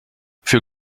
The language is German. für